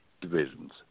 divisions